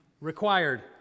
Required